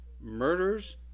murders